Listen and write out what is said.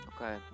Okay